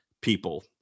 people